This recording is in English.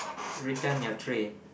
return your tray